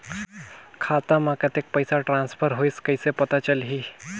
खाता म कतेक पइसा ट्रांसफर होईस कइसे पता चलही?